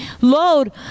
load